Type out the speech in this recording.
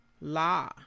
La